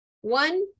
One